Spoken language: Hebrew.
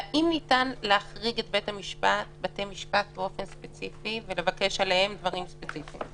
והאם ניתן להחריג בתי המשפט באופן ספציפי ולבקש עליהם דברים ספציפיים?